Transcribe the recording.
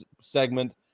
segment